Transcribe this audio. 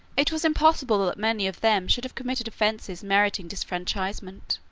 it was impossible that many of them should have committed offences meriting disfranchisement.